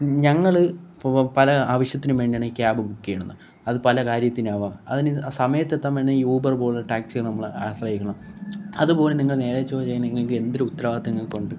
ഞങ്ങൾ പോ പല ആവിശ്യത്തിനും വേണ്ടിയാണ് ഈ ക്യാബ് ബുക്ക് ചെയ്യുന്നത് അത് പല കാര്യത്തിനാവാം അതിന് ഇത് അ സമയത്തെത്താന് വേണെ യൂബറ് പോലുള്ള ടാക്സികൾ നമ്മൾ ആശ്രയിക്കയാണ് അതുപോലും നിങ്ങൾ നേരേ ചൊവ്വെ ചെയ്യുന്നില്ലെങ്കിൽ എന്തൊരു ഉത്തരവാദിത്തം നിങ്ങൾക്ക് ഉണ്ട്